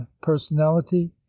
personality